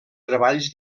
treballs